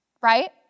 Right